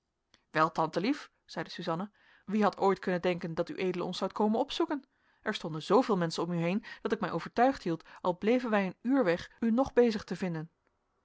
wel tante lief zeide suzanna wie had ooit kunnen denken dat ued ons zoudt komen opzoeken er stonden zooveel menschen om u heen dat ik mij overtuigd hield al bleven wij een uur weg u nog bezig te vinden